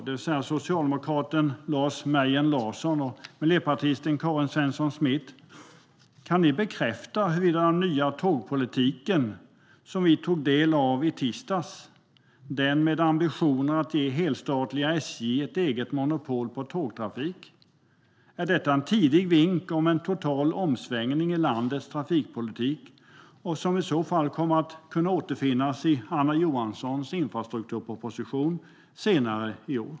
Det är socialdemokraten Lars Mejern Larsson och miljöpartisten Karin Svensson Smith. Kan ni bekräfta huruvida den nya tågpolitik som vi tog del av i tisdags - den med ambitionen att ge helstatliga SJ monopol på tågtrafik - är en tidig vink om en total omsvängning i landets trafikpolitik? Och kommer den i så fall att kunna återfinnas i Anna Johanssons infrastrukturproposition senare i år?